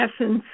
essence